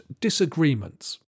disagreements